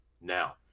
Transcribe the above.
Now